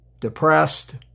depressed